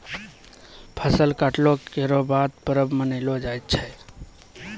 फसल कटला केरो बाद परब मनैलो जाय छै